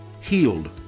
healed